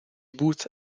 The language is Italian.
booth